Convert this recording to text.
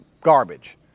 garbage